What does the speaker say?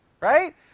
Right